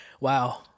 Wow